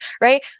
right